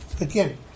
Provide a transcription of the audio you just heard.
again